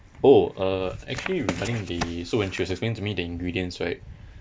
oh uh actually regarding the so when she was explaining to me the ingredients right